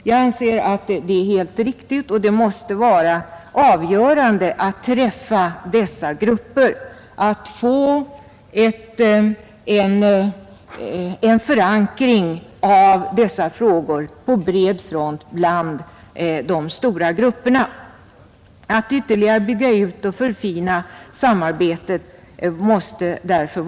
Jag anser att det är helt riktigt och att det måste vara avgörande att nå dessa grupper, att få en bred förankring av dessa frågor hos de stora grupperna. Det måste därför vara en angelägen uppgift att ytterligare bygga ut och förfina samarbetet.